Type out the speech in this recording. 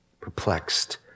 perplexed